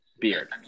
beard